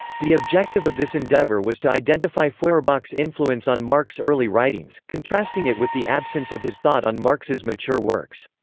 the objective of this endeavour was to identify feuerbach's influence on marx early writings, contrasting it with the absence of his thought on marx's mature works.